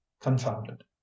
confounded